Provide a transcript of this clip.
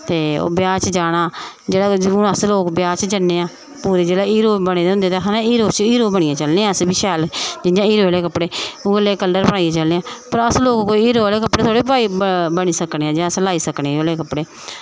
ते ओह् ब्याह् च जाना जेह्ड़ा कोई जदूं अस लोक ब्याह् च जन्ने आं पूरे जिल्लै हीरो बने दे होंदे ते अस आखने आं हीरो बनियै चलने आं अस बी शैल जियां हीरो आह्ले कपड़े उ'ऐ लैहा कलर पाइयै चलने आं पर अस लोग कोई होरी कपड़े थोह्ड़ी पाई बनी सकने आं जा सलाई सकनें उ'यै लेह् कपड़े